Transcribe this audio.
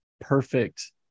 perfect